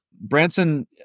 Branson